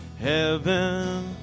Heaven